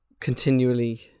Continually